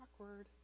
Awkward